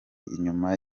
inyuma